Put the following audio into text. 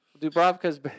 Dubrovka's